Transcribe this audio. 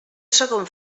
segon